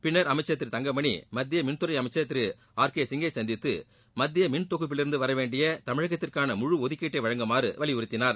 பின்னா் அமைச்சா் திரு தங்கமணி மத்திய மின்துறை அமைச்சா் திரு ஆர் கே சிங்கை சந்தித்து மத்திய மின் தொகுப்பிலிருந்து வர வேண்டிய தமிழகத்திற்காள முழு ஒதுக்கீட்டை வழங்குமாறு வலியுறுத்தினார்